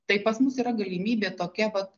tai pas mus yra galimybė tokia vat